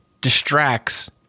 distracts